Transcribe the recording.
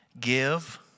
Give